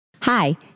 Hi